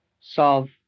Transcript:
solve